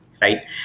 Right